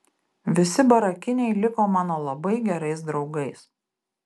visi barakiniai liko mano labai gerais draugais